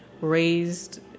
raised